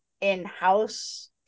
in-house